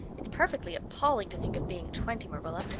it's perfectly appalling to think of being twenty, marilla.